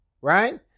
right